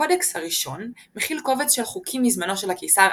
הקודקס הראשון מכיל קובץ של חוקים מזמנו של הקיסר